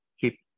keep